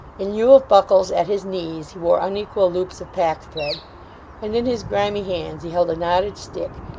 in lieu of buckles at his knees, he wore unequal loops of packthread and in his grimy hands he held a knotted stick,